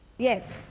Yes